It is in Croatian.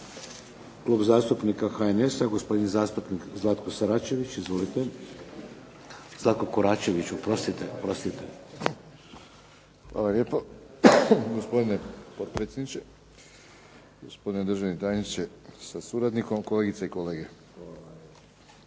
Klub zastupnika HNS-a gospodin zastupnik Zlatko Koračević. Izvolite. **Koračević, Zlatko (HNS)** Hvala lijepo. Gospodine potpredsjedniče, gospodine državni tajniče sa suradnikom, kolegice i kolege. Odmah